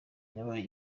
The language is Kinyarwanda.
yabaye